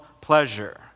pleasure